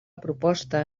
proposta